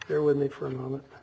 there with me for a moment